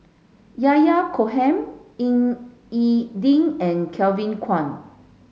Yahya Cohen Ying E Ding and Kevin Kwan